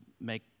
make